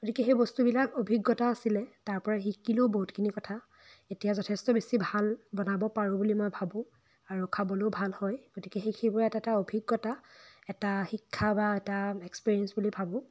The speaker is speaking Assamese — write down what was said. গতিকে সেই বস্তুবিলাক অভিজ্ঞতা আছিলে তাৰ পৰা শিকিলোঁও বহুতখিনি কথা এতিয়া যথেষ্ট বেছি ভাল বনাব পাৰোঁ বুলি মই ভাবোঁ আৰু খাবলেও ভাল হয় গতিকে সেই সেইবোৰ এটা এটা অভিজ্ঞতা এটা শিক্ষা বা এটা এক্সপিৰিয়েন্স বুলি ভাবোঁ